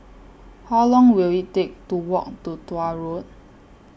How Long Will IT Take to Walk to Tuah Road